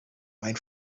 wine